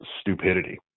stupidity